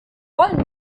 wollen